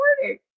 morning